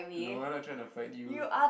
no I'm not trying to fight you